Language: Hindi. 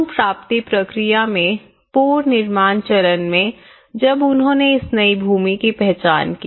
पुनर्प्राप्ति प्रक्रिया में पुनर्निर्माण चरण में जब उन्होंने इस नई भूमि की पहचान की